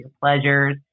pleasures